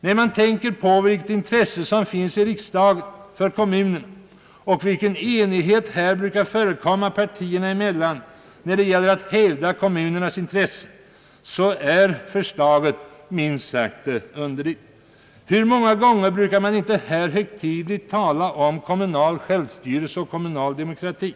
När man tänker på vilket intresse för kommunerna som finns i riksdagen och vilken enighet som här brukar förekomma partierna emellan när det gäller att hävda kommunernas intressen, så är förslaget minst sagt underligt. Hur ofta brukar man inte här högtidligt tala om kommunal självstyrelse och kommunal demokrati!